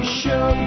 show